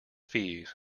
fees